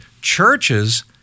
churches